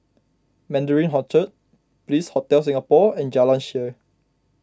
Mandarin Orchard Bliss Hotel Singapore and Jalan Shaer